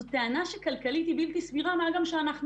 זו טענה שכלכלית היא בלתי סבירה מה גם שאנחנו